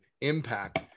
impact